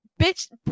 bitch